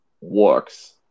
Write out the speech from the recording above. works